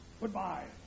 Goodbye